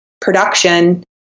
production